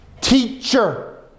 teacher